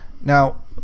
Now